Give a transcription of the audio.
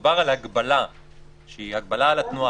כשמדובר על הגבלה שהיא הגבלה על התנועה,